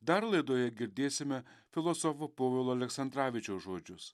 dar laidoje girdėsime filosofo povilo aleksandravičiaus žodžius